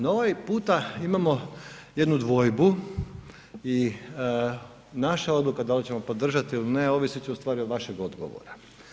No ovaj puta imamo jednu dvojbu i naša odluka da li ćemo podržati ili ne ovisit će ustvari od vašeg odgovora.